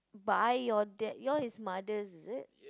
buy your dad your's mother is it